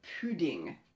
Pudding